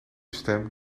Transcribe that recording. stem